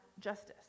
justice